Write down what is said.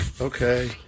Okay